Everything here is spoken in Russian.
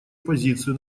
позицию